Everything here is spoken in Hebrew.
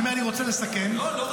ואני אומר שאני רוצה לסכם --- לא,